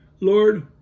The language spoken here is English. Lord